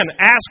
ask